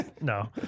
No